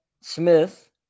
Smith